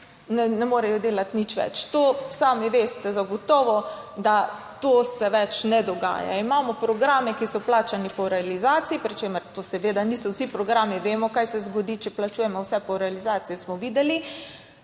ne morejo delati nič več. To sami veste zagotovo, da to se več ne dogaja. Imamo programe, ki so plačani po realizaciji, pri čemer to seveda niso vsi programi, vemo, kaj se zgodi, če plačujemo vse po realizaciji, smo videli.